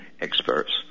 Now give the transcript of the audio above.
experts